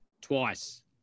Twice